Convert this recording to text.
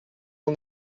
mon